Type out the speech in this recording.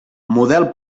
model